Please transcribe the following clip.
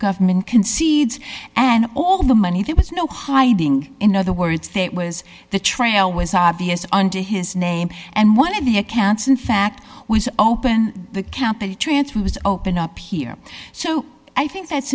government concedes and all the money that was no hiding in other words that was the trail was obvious under his name and one of the accounts in fact was open the capital transfer was open up here so i think that's